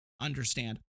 understand